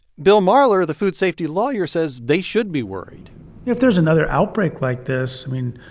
bill marler, the food safety lawyer, says they should be worried if there's another outbreak like this, i mean,